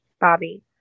Bobby